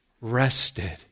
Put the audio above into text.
rested